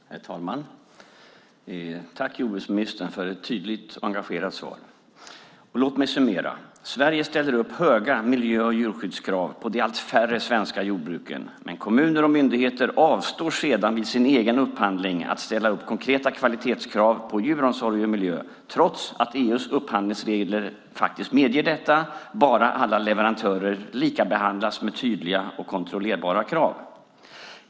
Herr talman! Tack, jordbruksministern, för ett tydligt och engagerat svar! Låt mig summera. Sverige ställer upp höga miljö och djurskyddskrav på de allt färre svenska jordbruken. Men kommuner och myndigheter avstår sedan vid sin egen upphandling från att ställa upp konkreta kvalitetskrav på djuromsorg och miljö, trots att EU:s upphandlingsregler faktiskt medger detta om bara alla leverantörer likabehandlas med tydliga och kontrollerbara krav.